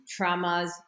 traumas